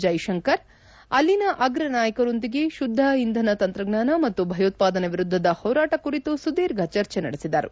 ಜೈಶಂಕರ್ ಅಲ್ಲಿನ ಅಗ್ರ ನಾಯಕರೊಂದಿಗೆ ಶುದ್ದ ಇಂಧನ ತಂತ್ರಜ್ಞಾನ ಮತ್ತು ಭಯೋತ್ಪಾದನೆ ವಿರುದ್ದದ ಹೋರಾಟ ಕುರಿತು ಸುದೀರ್ಘ ಚರ್ಚೆ ನಡೆಸಿದರು